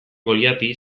goliati